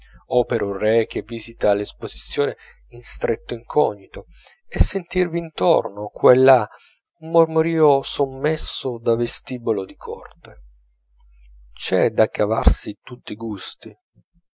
un re che visita l'esposizione in stretto incognito e sentirvi intorno qua e là un mormorio sommesso da vestibolo di corte c'è da cavarsi tutti i gusti